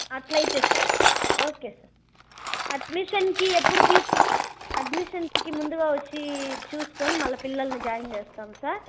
అలా అయితే సరే సార్ ఓకే సార్ అడ్మిషన్స్కి ఎప్పుడు తీ అడ్మిషన్స్కి ముందుగా వచ్చి చూసుకొని మళ్ళీ పిల్లల్ని జాయిన్ చేస్తాము సార్